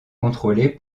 contrôlé